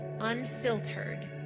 unfiltered